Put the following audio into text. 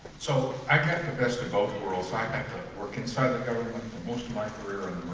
so i get the best of both worlds i worked inside the government most of my career